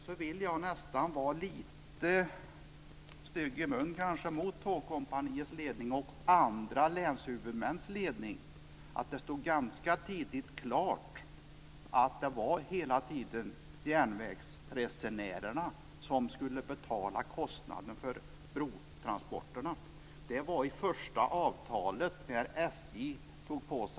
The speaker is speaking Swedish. Jag vill då nästan vara lite stygg i munnen mot Tågkompaniets ledning och mot andra länshuvudmäns ledning och säga att det ganska tidigt stod klart att järnvägsresenärerna skulle betala kostnaden för brotransporterna. miljoner kronorna.